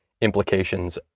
implications